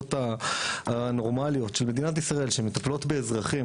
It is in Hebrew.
שברשויות הנורמליות של מדינת ישראל שמטפלות באזרחים